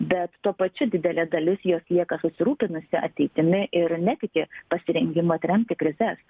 bet tuo pačiu didelė dalis jos lieka susirūpinusi ateitimi ir netiki pasirengimu atremti krizes